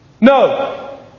No